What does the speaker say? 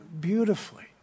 beautifully